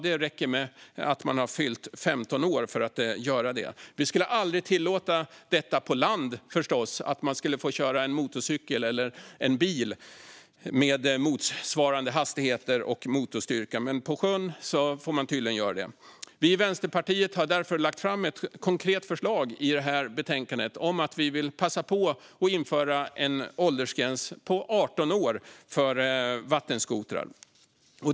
Vi skulle förstås aldrig tillåta detta på land. Man skulle inte få köra en motorcykel med motsvarande hastighet och motorstyrka om man är 15 år. Men på sjön får man tydligen göra det. Vänsterpartiet har därför lagt fram ett konkret förslag i betänkandet om att passa på att införa en åldersgräns på 18 år för att få köra vattenskoter.